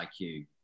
iq